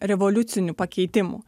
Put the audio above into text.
revoliucinių pakeitimų